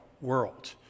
World